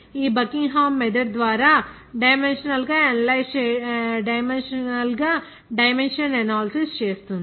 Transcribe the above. ఈ Buckingham method ద్వారా dimensional గా డైమెన్షన్ ఎనాలిసిస్ చేస్తుంది